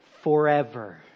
forever